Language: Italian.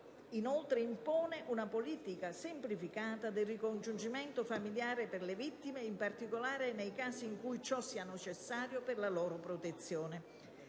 inoltre, una politica semplificata del ricongiungimento familiare per le vittime, in particolare nei casi in cui ciò sia necessario per la loro protezione